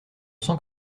sens